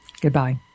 Goodbye